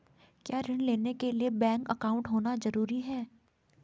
क्या ऋण लेने के लिए बैंक अकाउंट होना ज़रूरी है?